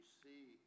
see